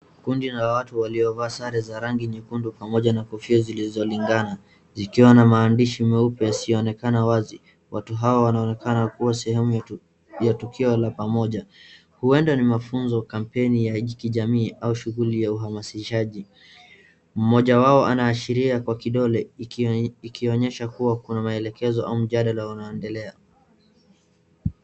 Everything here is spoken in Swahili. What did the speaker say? Kundi la watu waliovaa sare za rangi nyekundu pamoja na kofia zinazolingana zikiwa na maandishi meupe yasiyoonekana wazi. watu hawa wanaonekana kuwa sehemu ya tukio la pamoja. Huenda ni mafunzo, kameini ya hiki kijamii au shughuli ya uhamasishaji. Mmoja wao anaashiria kwenye kidole ikionyesha kuwa kuna maelekezo au mjadala unaoendelea.